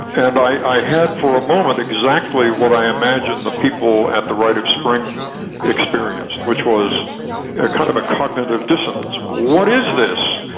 and i had for a moment exactly what i imagine the people at the rite of spring experienced, which was kind of a cognitive dissonance. what is this?